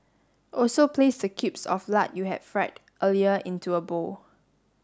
also place the cubes of lard you had fried earlier into a bowl